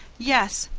yes,